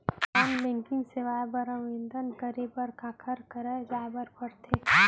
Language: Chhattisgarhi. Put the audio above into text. नॉन बैंकिंग सेवाएं बर आवेदन करे बर काखर करा जाए बर परथे